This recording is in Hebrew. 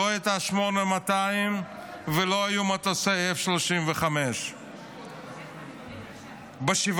לא הייתה 8200 ולא היו מטוסי F-35. ב-7